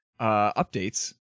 updates